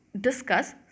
discuss